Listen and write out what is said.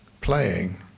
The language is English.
playing